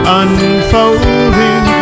unfolding